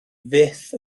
fyth